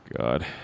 God